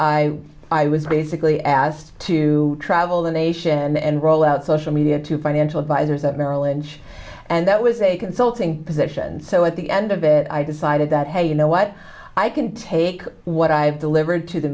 i i was basically asked to raval the nation and roll out social media to financial advisors at merrill lynch and that was a consulting position so at the end of it i decided that hey you know what i can take what i've delivered to the